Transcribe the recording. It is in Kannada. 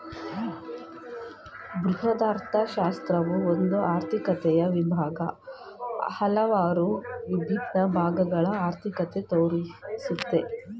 ಬೃಹದರ್ಥಶಾಸ್ತ್ರವು ಒಂದು ಆರ್ಥಿಕತೆಯ ವಿಭಾಗ, ಹಲವಾರು ವಿಭಿನ್ನ ಭಾಗಗಳ ಅರ್ಥಿಕತೆ ತೋರಿಸುತ್ತೆ